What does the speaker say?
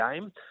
game